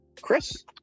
chris